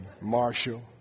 Marshall